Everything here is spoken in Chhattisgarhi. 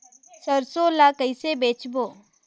सरसो ला कइसे बेचबो?